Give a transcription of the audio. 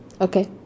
Okay